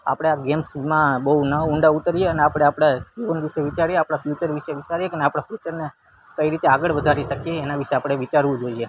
આપણે આ ગેમ્સમાં ન ઊંડા ઉતરીએ અને આપણે આપણે જીવન વિશે વિચારીએ આપણા ફ્યુચર વિશે વિચારીએ આપણા ફ્યુચરને કઈ રીતે આગળ વધારી શકીએ એના વિશે આપણે વિચારવું જોઈએ